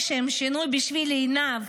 לשם שינוי, בשביל עינב,